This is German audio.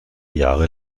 jahre